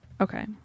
Okay